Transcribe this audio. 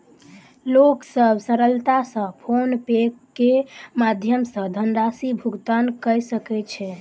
लोक सभ सरलता सॅ फ़ोन पे के माध्यम सॅ धनराशि भुगतान कय सकै छै